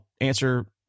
answer